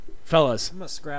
Fellas